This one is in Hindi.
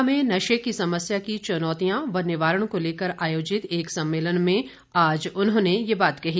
शिमला में नशे की समस्या की चुनौतियों व निवारण को लेकर आयोजित एक सम्मेलन में आज उन्होंने ये बात कही